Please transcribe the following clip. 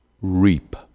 reap